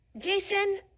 jason